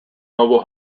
mobile